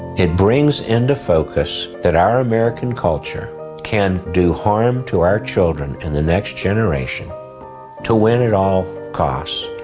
it brings into focus that our american culture can do harm to our children in the next generation to win at all costs,